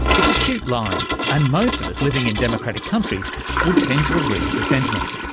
it's a cute line and most of us living in democratic countries would tend to agree with the sentiment.